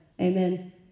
Amen